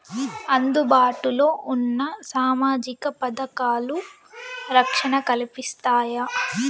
అందుబాటు లో ఉన్న సామాజిక పథకాలు, రక్షణ కల్పిస్తాయా?